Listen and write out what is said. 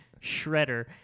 shredder